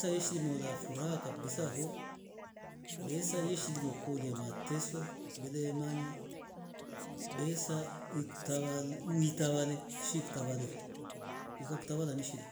Taishi mara furaha kabisa vo besa yeshilima kolia mtaeso bile imanya besa uktav uitawale shif kutavalevo ikakutawala lami shida